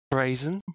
Brazen